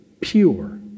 pure